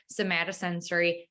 somatosensory